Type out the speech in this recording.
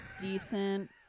decent